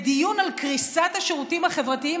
בדיון על קריסת השירותים החברתיים